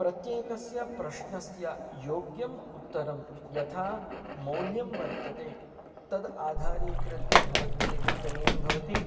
प्रत्येकस्य प्रश्नस्य योग्यम् उत्तरं यथा मौल्यं वर्तते तदाधारीकृत्य भवद्भिः लेखनीयं भवति